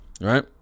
right